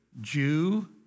Jew